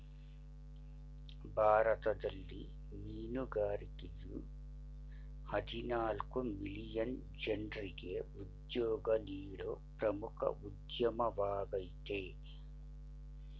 ಭಾರತದಲ್ಲಿ ಮೀನುಗಾರಿಕೆಯ ಹದಿನಾಲ್ಕು ಮಿಲಿಯನ್ ಜನ್ರಿಗೆ ಉದ್ಯೋಗ ನೀಡೋ ಪ್ರಮುಖ ಉದ್ಯಮವಾಗಯ್ತೆ